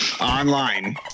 online